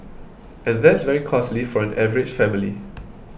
and that's very costly for an average family